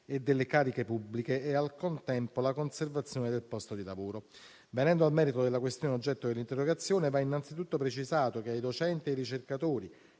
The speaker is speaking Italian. delle cariche pubbliche e, al contempo, la conservazione del posto di lavoro. Venendo al merito della questione oggetto dell'interrogazione, va innanzitutto precisato che, ai docenti e ai ricercatori